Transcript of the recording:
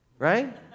Right